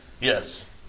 Yes